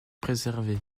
préservée